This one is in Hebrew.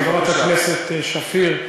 חברת הכנסת שפיר,